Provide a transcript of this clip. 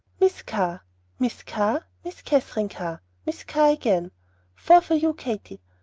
miss carr miss carr miss katherine carr miss carr again four for you, katy.